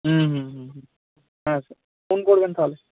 হুম হুম হুম হুম হ্যাঁ স্যার ফোন করবেন তাহলে